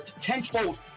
tenfold